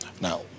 Now